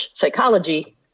psychology